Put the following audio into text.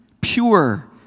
pure